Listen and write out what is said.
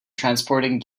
transporting